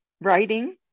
writing